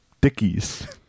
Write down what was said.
dickies